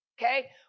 Okay